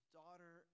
daughter